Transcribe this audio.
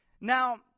Now